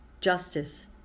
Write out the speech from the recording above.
justice